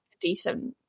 decent